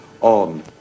on